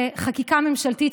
בחקיקה ממשלתית,